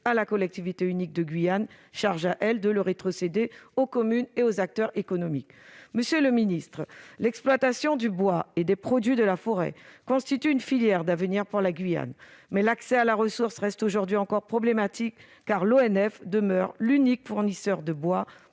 à la collectivité unique de Guyane, charge à elle de le rétrocéder aux communes et aux acteurs économiques. Monsieur le ministre, l'exploitation du bois et des produits de la forêt constitue une filière d'avenir pour la Guyane, mais l'accès à la ressource reste problématique, car l'ONF demeure l'unique fournisseur de bois